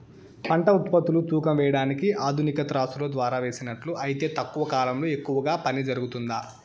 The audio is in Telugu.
పంట ఉత్పత్తులు తూకం వేయడానికి ఆధునిక త్రాసులో ద్వారా వేసినట్లు అయితే తక్కువ కాలంలో ఎక్కువగా పని జరుగుతుందా?